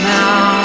now